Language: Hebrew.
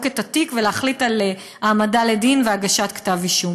את התיק ולהחליט על העמדה לדין והגשת כתב אישום.